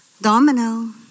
Domino